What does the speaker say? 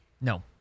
No